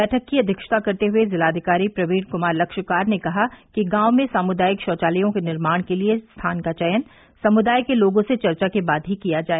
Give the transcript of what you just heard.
बैठक की अध्यक्षता करते हुए जिलाधिकारी प्रवीण कुमार लक्षकार ने कहा कि गांवों में सामुदायिक शौचालयों के निर्माण के लिए स्थान का चयन समुदाय के लोगों से चर्चा के बाद ही किया जाए